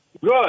Good